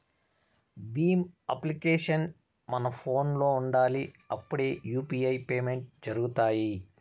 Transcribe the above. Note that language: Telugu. భీమ్ అప్లికేషన్ మన ఫోనులో ఉండాలి అప్పుడే యూ.పీ.ఐ పేమెంట్స్ జరుగుతాయి